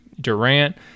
Durant